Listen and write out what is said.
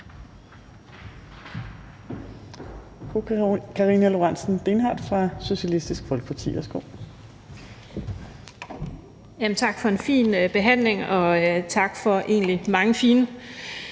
Tak for en fin behandling, og tak for mange fine